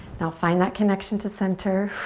now find that connection to center.